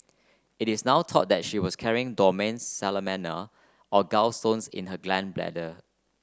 it is now thought that she was carrying dormant salmonella on gallstones in her gall bladder